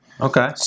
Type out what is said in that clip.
Okay